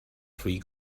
free